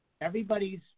Everybody's